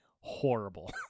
horrible